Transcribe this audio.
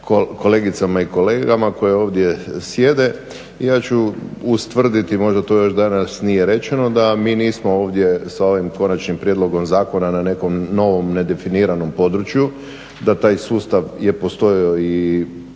kolegicama i kolegama koji ovdje sjede. Ja ću ustvrditi možda to još danas nije rečeno, da mi nismo ovdje sa ovim konačnim prijedlogom zakona na nekom novom nedefiniranom području da je taj sustav postojao i